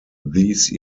these